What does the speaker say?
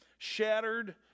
Shattered